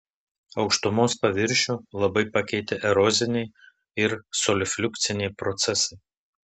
aukštumos paviršių labai pakeitė eroziniai ir solifliukciniai procesai